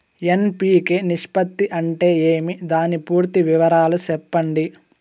NPK నిష్పత్తి అంటే ఏమి దాని పూర్తి వివరాలు సెప్పండి?